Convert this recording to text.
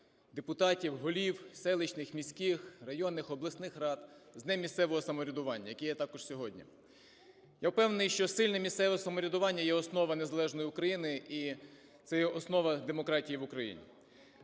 депутатів, голів селищних, міських, районних, обласних рад з Днем місцевого самоврядування, який є також сьогодні. Я впевнений, що сильне місцеве самоврядування є основа незалежної України і це є основа демократії в Україні.